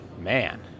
man